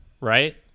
right